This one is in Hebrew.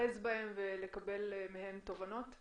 להיאחז בהם ולקבל מהם תובנות?